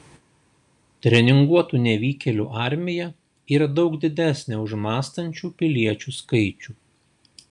treninguotų nevykėlių armija yra daug didesnė už mąstančių piliečių skaičių